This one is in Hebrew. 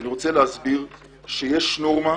אני רוצה להסביר שיש נורמה,